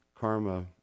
karma